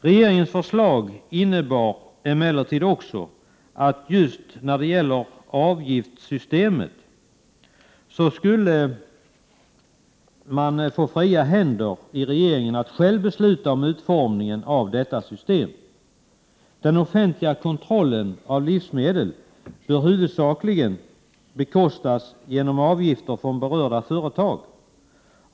Regeringens förslag innebar emellertid också att regeringen skulle få fria händer att själv besluta om utformningen av avgiftssystemet. Den offentliga kontrollen av livsmedel bör huvudsakligen bekostas genom avgifter från berörda företag.